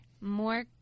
more